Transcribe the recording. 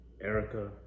Erica